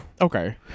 okay